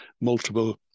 multiple